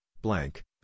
blank